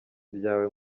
byawe